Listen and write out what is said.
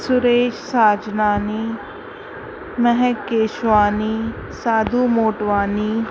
Suresh Sajnani Mehak Keshwani Sadhu Motwani